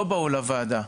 שלא באו לוועדה?